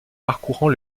parcourant